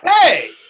Hey